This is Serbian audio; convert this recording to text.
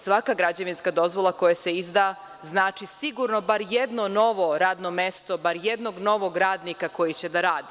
Svaka građevinska dozvola koja se izda znači sigurno bar jedno novo radno mesto, bar jednog novog radnika koji će da radi.